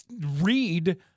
read